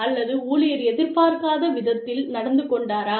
அல்லது ஊழியர் எதிர்பார்க்காத விதத்தில் நடந்து கொண்டாரா